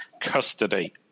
custody